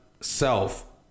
self